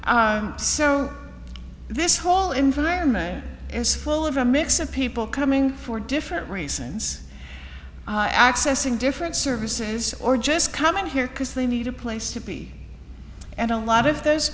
so this whole internet is full of a mix of people coming for different reasons accessing different services or just coming here because they need a place to be and a lot of those